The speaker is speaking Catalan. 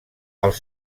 als